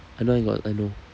I know it's what I know